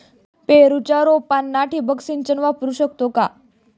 पेरूच्या रोपांना ठिबक सिंचन वापरू शकतो का?